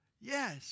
Yes